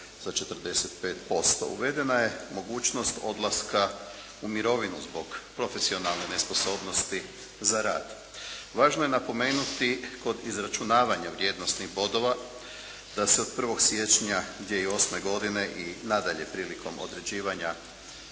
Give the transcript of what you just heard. za 45%. Uvedena je mogućnost odlaska u mirovinu zbog profesionalne nesposobnosti za rad. Važno je napomenuti kod izračunavanja vrijednosnih bodova da se od 1. siječnja 2008. godine i nadalje prilikom određivanja